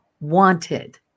wanted